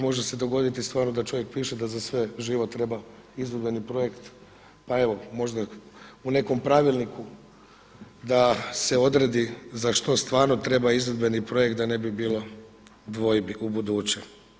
Može se dogoditi stvarno da čovjek piše da za sve živo treba izvedbeni projekt pa evo možda u nekom pravilniku da se odredi za što stvarno treba izvedbeni projekt da ne bi bilo dvojbi u buduće.